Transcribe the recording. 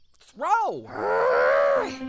Throw